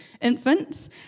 infants